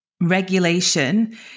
Regulation